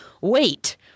wait